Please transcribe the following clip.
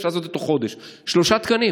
אפשר לעשות את זה בתוך חודש: שלושה תקנים,